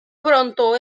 pronto